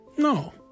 No